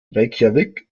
reykjavík